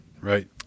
Right